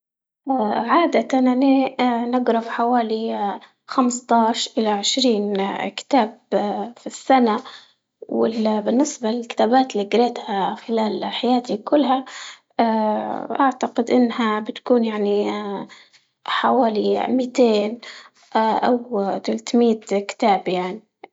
اه عادة حوالي اه خمستاش إلى عشرين اه كتاب اه في السنة، بالنسبة للكتابات اللي قريتها خلال حياتي كلها اه أعتقد انها بتكون يعني اه حوالي ميتين اه وتلتمية كتاب يعني.